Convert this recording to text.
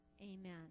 Amen